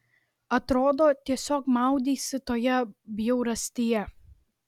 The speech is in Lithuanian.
atrodo tiesiog maudeisi toje bjaurastyje